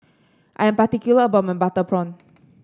I'm particular about my Butter Prawn